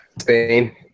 Spain